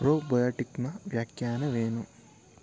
ಪ್ರೋಬಯಾಟಿಕ್ನ ವ್ಯಾಖ್ಯಾನವೇನು